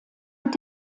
mit